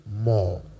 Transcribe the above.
more